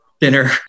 dinner